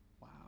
Wow